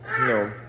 no